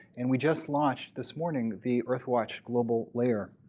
and we just launched this morning the earthwatch global layer.